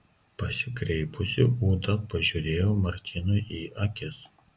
pasikreipusi ūta pažiūrėjo martynui į akis